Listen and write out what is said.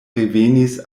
revenis